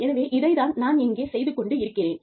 எனவே இதைத் தான் நான் இங்கே செய்து கொண்டு இருக்கிறேன்